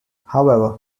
however